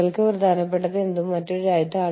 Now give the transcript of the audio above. പക്ഷേ ഈ വസ്തുക്കൾ നിർമ്മിക്കുന്നത് മാതൃരാജ്യത്താണ്